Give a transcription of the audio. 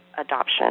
adoption